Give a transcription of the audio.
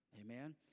Amen